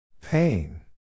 Pain